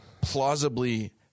plausibly